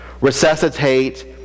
resuscitate